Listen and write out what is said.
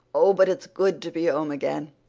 oh, but it's good to be home again!